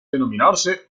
denominarse